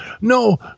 no